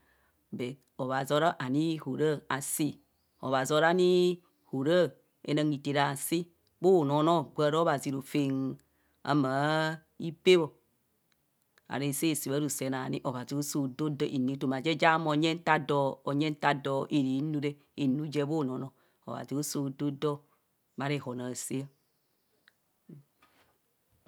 But abhazi aro ani hora asi abhazi aro ani hora enong hithera asi bhunonoo gwa ra obhazi rofem ama pee bho ara saa sa bharose enani abhazi osoo doo dọọ enu etoma je ja mo onyeng nta adoo onyeng nta odoo ara nu re, enu je bhunonoo obhazi osoo doo dọọ bha rehon asaa i